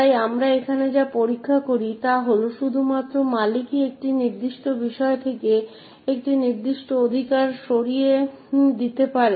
তাই আমরা এখানে যা পরীক্ষা করি তা হল যে শুধুমাত্র মালিকই একটি নির্দিষ্ট বিষয় থেকে একটি নির্দিষ্ট অধিকার সরিয়ে দিতে পারেন